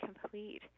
complete